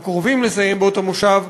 או קרובים לסיים בו את המושב,